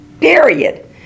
Period